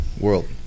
world